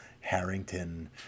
Harrington